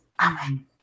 Amen